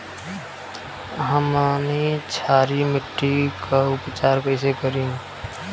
हमनी क्षारीय मिट्टी क उपचार कइसे करी?